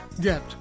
Get